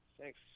thanks